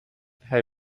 hij